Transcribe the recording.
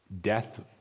death